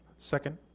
second.